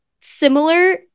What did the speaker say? similar